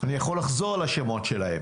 אני יכול לחזור על השמות שלהם